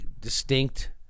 distinct